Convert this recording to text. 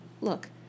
look